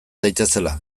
daitezela